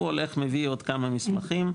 הוא הולך מביא עוד כמה מסמכים,